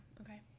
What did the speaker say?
Okay